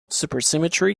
supersymmetry